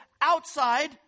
outside